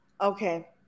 Okay